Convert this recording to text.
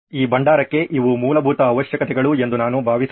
ಈ ಭಂಡಾರಕ್ಕೆ ಇವು ಮೂಲಭೂತ ಅವಶ್ಯಕತೆಗಳು ಎಂದು ನಾನು ಭಾವಿಸುತ್ತೇನೆ